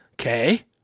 Okay